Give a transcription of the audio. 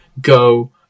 go